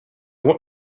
want